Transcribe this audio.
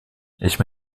ich